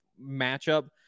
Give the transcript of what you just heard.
matchup